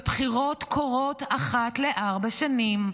ובחירות קורות אחת לארבע שנים,